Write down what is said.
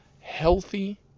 Healthy